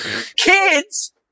Kids